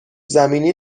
زمینی